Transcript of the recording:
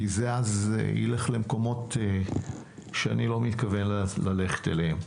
כי אז זה ילך למקומות שאיני מתכוון ללכת אליהם.